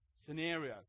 scenario